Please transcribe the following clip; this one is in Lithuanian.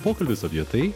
pokalbis apie tai